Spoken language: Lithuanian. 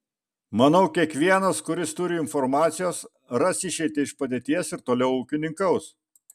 manau kiekvienas kuris turi informacijos ras išeitį iš padėties ir toliau ūkininkaus